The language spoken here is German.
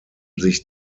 sich